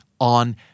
on